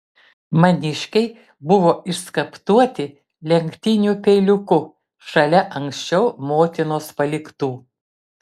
maniškiai buvo išskaptuoti lenktiniu peiliuku šalia anksčiau motinos paliktų